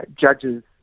Judges